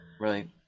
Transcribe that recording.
Right